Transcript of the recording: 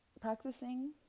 practicing